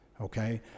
Okay